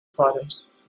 forests